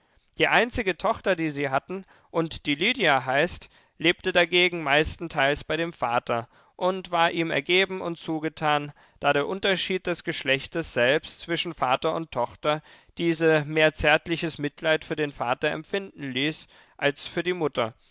die einzige tochter die sie hatten und die lydia heißt lebte dagegen meistenteils bei dem vater und war ihm ergeben und zugetan da der unterschied des geschlechtes selbst zwischen vater und tochter diese mehr zärtliches mitleid für den vater empfinden ließ als für die mutter